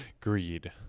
greed